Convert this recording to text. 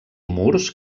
murs